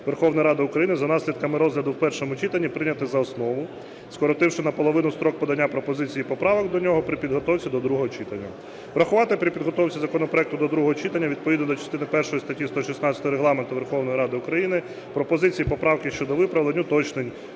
Верховної Ради України за наслідками розгляду в першому читанні прийняти за основу, скоротивши наполовину строк подання пропозицій і поправок до нього при підготовці до другого читання. Врахувати при підготовці законопроекту до другого читання відповідно до частини першої статті 116 Регламенту Верховної Ради України пропозиції, поправки щодо виправлень, уточнень,